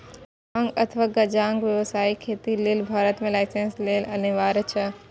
भांग अथवा गांजाक व्यावसायिक खेती लेल भारत मे लाइसेंस लेब अनिवार्य छै